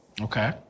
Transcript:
Okay